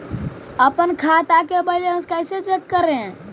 अपन खाता के बैलेंस कैसे चेक करे?